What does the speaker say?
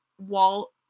wall